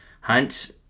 hunt